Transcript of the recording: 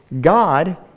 God